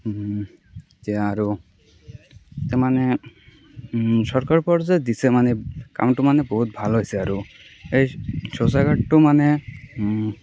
এতিয়া আৰু এতিয়া মানে চৰকাৰৰ পৰা যে দিছে মানে কামটো মানে বহুত ভাল হৈছে আৰু এই শৌচাগাৰটো মানে